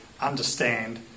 understand